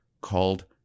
called